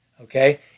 okay